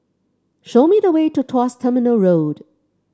show me the way to Tuas Terminal Road